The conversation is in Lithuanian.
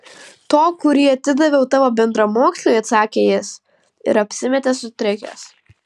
to kurį atidaviau tavo bendramoksliui atsakė jis ir apsimetė sutrikęs